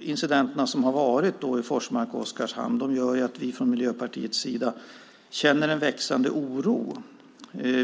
incidenter som har varit i Forsmark och Oskarshamn gör att vi från Miljöpartiets sida känner en växande oro.